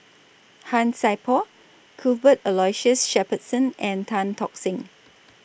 Han Sai Por Cuthbert Aloysius Shepherdson and Tan Tock Seng